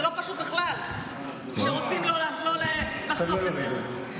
זה לא פשוט בכלל כשרוצים לא לחשוף את זה.